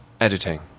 editing